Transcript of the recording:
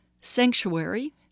sanctuary